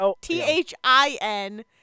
T-H-I-N